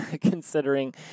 considering